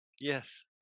Yes